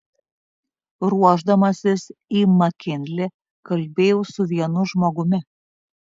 ruošdamasis į makinlį kalbėjau su vienu žmogumi